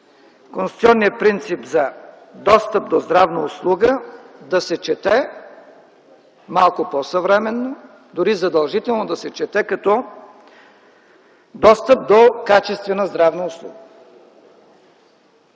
конституционният принцип за достъп до здравна услуга да се чете малко по-съвременно, дори задължително да се чете като „достъп до качествена здравна услуга”.